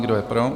Kdo je pro?